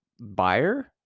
buyer